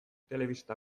telebista